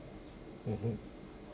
mm mm